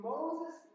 Moses